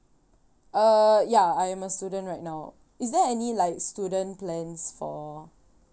uh ya I'm a student right now is there any like student plans for